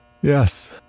Yes